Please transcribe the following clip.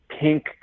pink